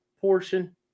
portion